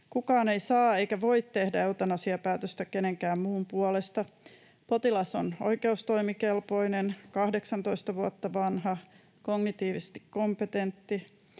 Kukaan ei saa eikä voi tehdä eutanasiapäätöstä kenenkään muun puolesta. Potilas on oikeustoimikelpoinen, 18 vuotta vanha, kognitiivisesti kompetentti.